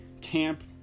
camp